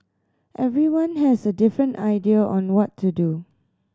everyone has a different idea on what to do